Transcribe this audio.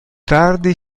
tardi